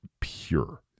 pure